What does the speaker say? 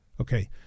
Okay